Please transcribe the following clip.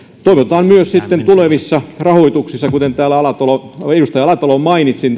toivotaan myös sitten tulevissa rahoituksissa kuten täällä edustaja alatalo mainitsi